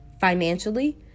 financially